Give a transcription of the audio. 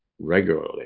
regularly